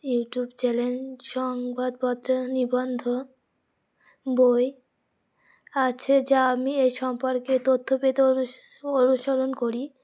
YouTube channel সংবাদপত্র নিবন্ধ বই আছে যা আমি এ সম্পর্কে তথ্য পেতে অু অনুসরণ করি